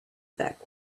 back